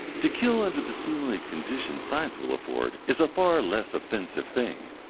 to kill under the seemly conditions science will afford is a far less offensive thing.